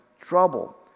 trouble